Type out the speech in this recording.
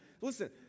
listen